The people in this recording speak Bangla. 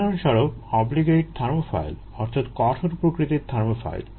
উদাহরণস্বরূপ অব্লিগেইট থার্মোফাইল অর্থাৎ কঠোর প্রকৃতির থার্মোফাইল